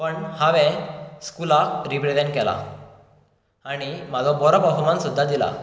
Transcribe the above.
पण हांवें स्कुलाक रिप्रेजेण्ट केला आनी म्हजो बरो परफोमन्स सुद्दां दिला